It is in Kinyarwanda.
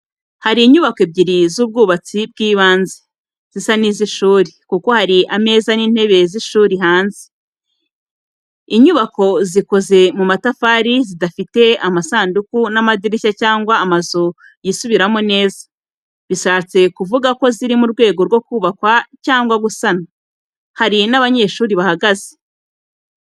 Hari inyubako ebyiri z’ubwubatsi bw’ibanze, zisa n’iz’ishuri, kuko hari ameza n’intebe z’ishuri hanze. bInyubako zikoze mu matafari zidafite amasanduku y’amadirishya cyangwa amazu yisubiramo neza, bishatse kuvuga ko ziri mu rwego rwo kubakwa cyangwa gusana. Hari n'abanyeshuri bahahagaze.